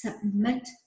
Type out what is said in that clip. Submit